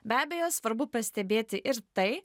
be abejo svarbu pastebėti ir tai